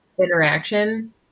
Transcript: interaction